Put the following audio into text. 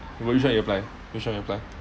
which one you apply which one you apply